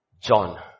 John